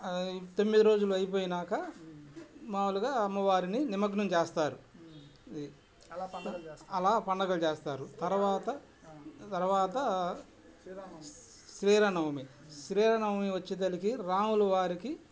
తొమ్మిది రోజులు అయిపోయినాక మామూలుగా అమ్మవారిని నిమగ్నం చేస్తారు అలా పండగలు చేస్తారు తర్వాత తర్వాత శ్రీరామనవమి శ్రీరామనవమి వచ్చేసరికి రాములు వారికి